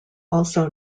also